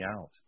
out